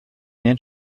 den